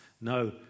No